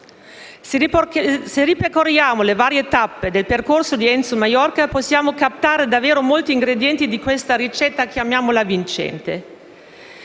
Se ripercorriamo le varie tappe del percorso di Enzo Maiorca, possiamo captare davvero molti ingredienti di questa ricetta che possiamo chiamare vincente.